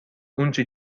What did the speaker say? اونچه